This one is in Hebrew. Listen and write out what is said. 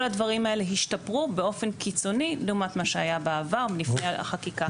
כל הדברים האלה השתפרו באופן קיצוני לעומת מה שהיה בעבר לפני החקיקה.